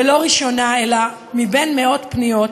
ולא ראשונה, אלא אחת ממאות פניות,